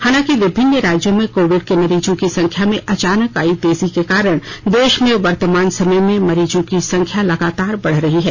हालांकि विभिन्न राज्यों में कोविड के मरीजों की संख्या में अचानक आई तेजी के कारण देश में वर्तमान समय में मरीजों की संख्या लगातार बढ रही है